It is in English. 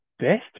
best